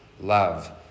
Love